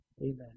Amen